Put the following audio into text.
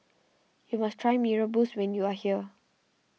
you must try Mee Rebus when you are here